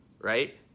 right